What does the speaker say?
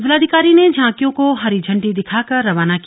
जिलाधिकारी ने झांकियों को हरी झंडी दिखाकर रवाना किया